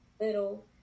little